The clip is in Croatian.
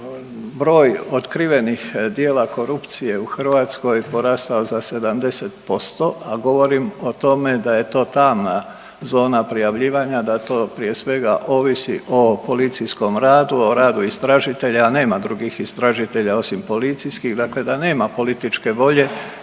broj otkrivenih dijela korupcije u Hrvatskoj porastao za 70%, a govorim o tome da je to tamna zona prijavljivanja, da to prije svega ovisi o policijskom radu, o radu istražitelja, a nema drugih istražitelja osim policijskih, dakle da nema političke volje,